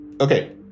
okay